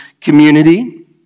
community